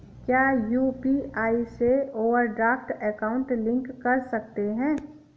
क्या यू.पी.आई से overdraft account link कर सकते हैं?